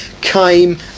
came